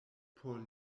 por